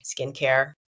skincare